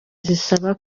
zisaba